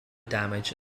damage